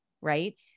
Right